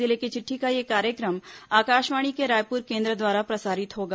जिले की चिट्ठी का यह कार्यक्रम आकाशवाणी के रायपुर केंद्र द्वारा प्रसारित होगा